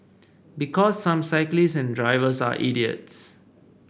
because some cyclists and drivers are idiots